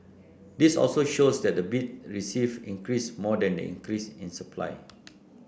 this also shows that the bids received increased more than the increase in supply